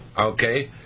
Okay